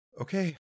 Okay